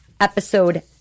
episode